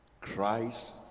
Christ